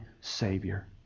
Savior